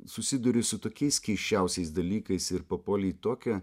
susiduri su tokiais keisčiausiais dalykais ir papuoli į tokią